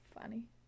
funny